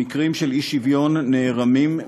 המקרים של אי-שוויון נערמים,